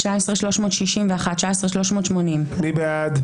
18,561 עד 18,580. מי בעד?